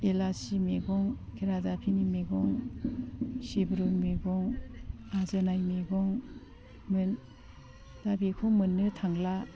एलासि मैगं खेरादाफिनि मैगं सिब्रु मैगं आजोनाय मैगं दा बेखौ मोननो थांला